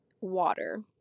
water